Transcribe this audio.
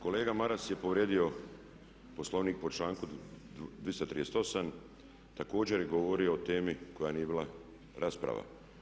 Kolega Maras je povrijedio Poslovnik po članku 238., također je govorio o temi koja nije bila rasprava.